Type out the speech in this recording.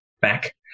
back